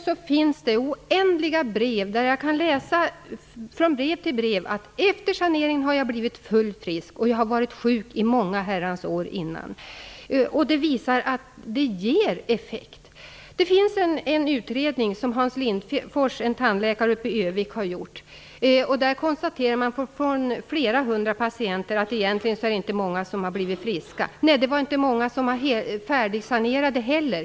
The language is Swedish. Man kan i oändliga brev läsa om människor som blivit fullt friska efter sanering. De har varit sjuka i många herrans år. Det visar att det ger effekt. Det finns en utredning som Hans Lindfors - en tandläkare uppe i Ö-vik - har gjort. Av flera 100 patienter är det egentligen inte många som har blivit friska, konstaterar man. Nej, det var inte många som var färdigsanerade heller!